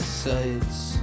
sights